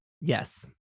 yes